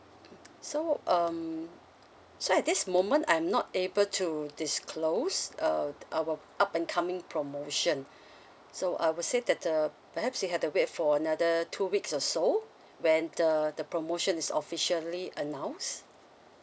mm so um so at this moment I'm not able to disclose uh our up incoming promotion so I would say that uh perhaps you have to wait for another two weeks or so when the the promotion is officially announced